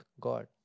God